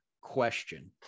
question